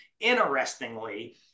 interestingly